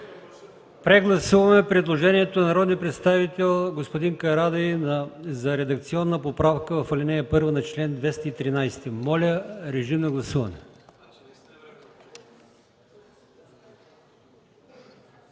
Прегласуваме предложението на народния представител господин Карадайъ за редакционна поправка в ал. 1 на чл. 213. Моля, режим на гласуване.